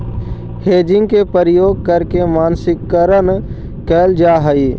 hedging के प्रयोग करके मानकीकरण कैल जा हई